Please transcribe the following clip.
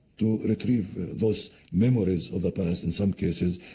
to retrieve those memories of the past, in some cases,